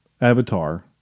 Avatar